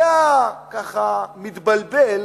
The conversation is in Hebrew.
היה מתבלבל